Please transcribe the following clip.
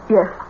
Yes